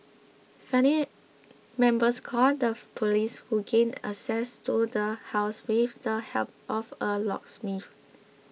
family members called the police who gained access to the house with the help of a locksmith